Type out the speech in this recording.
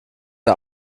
der